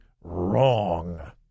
wrong